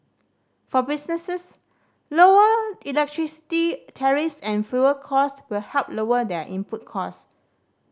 for businesses lower electricity tariffs and fuel cost will help lower their input cost